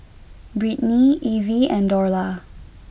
Brittney Ivie and Dorla